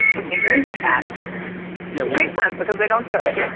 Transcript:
they think it will be a bad experience. yeah it makes sense because they don't do it,